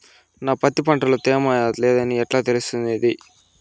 నా పత్తి పంట లో తేమ లేదని ఎట్లా తెలుసుకునేది?